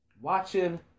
watching